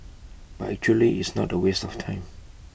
but actually it's not A waste of time